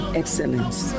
excellence